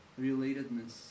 relatedness